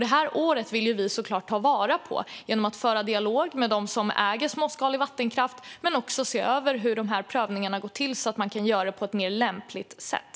Detta år vill vi såklart ta vara på genom att föra dialog med dem som äger småskalig vattenkraft men också se över hur dessa prövningar går till så att man kan göra dem på ett mer lämpligt sätt.